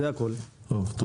יש שתי